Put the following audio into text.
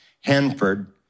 Hanford